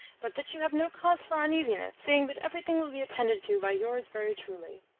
but that you have no cause for uneasiness, seeing that everything will be attended to by yours very truly.